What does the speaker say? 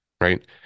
right